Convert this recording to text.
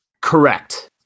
Correct